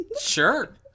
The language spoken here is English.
Sure